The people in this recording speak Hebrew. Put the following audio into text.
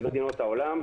במדינות העולם,